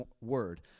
word